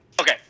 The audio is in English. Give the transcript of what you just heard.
okay